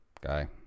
guy